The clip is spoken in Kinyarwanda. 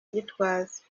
gitwaza